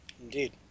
Indeed